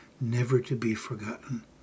never-to-be-forgotten